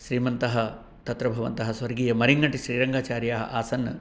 श्रीमन्तः तत्र भवन्तः स्वर्गीय मरिङ्गटिस्रीरङ्गाचार्याः आसन्